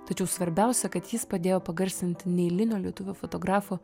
tačiau svarbiausia kad jis padėjo pagarsinti neeilinio lietuvių fotografo